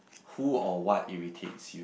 who or what irritates you